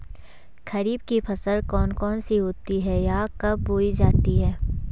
खरीफ की फसल कौन कौन सी होती हैं यह कब बोई जाती हैं?